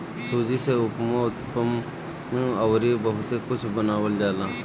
सूजी से उपमा, उत्तपम अउरी बहुते कुछ बनावल जाला